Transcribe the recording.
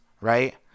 right